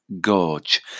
gorge